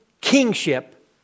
kingship